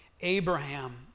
Abraham